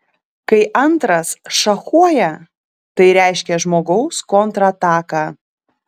kai antras šachuoja tai reiškia žmogaus kontrataką